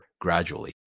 gradually